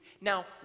Now